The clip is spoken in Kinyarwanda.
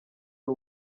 ari